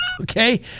Okay